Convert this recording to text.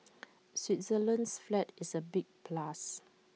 Switzerland's flag is A big plus